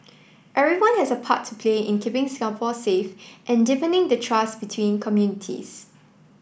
everyone has a part to play in keeping Singapore safe and deepening the trust between communities